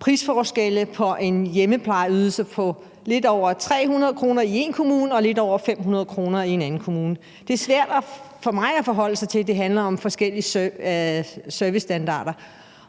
prisforskelle på en hjemmeplejeydelse med lidt over 300 kr. i én kommune og lidt over 500 kr. i en anden kommune. Det er svært for mig at forholde mig til, at det handler om forskellige servicestandarder,